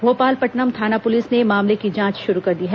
भोपालपट्टनम थाना पुलिस ने मामले की जांच शुरू कर दी है